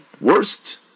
worst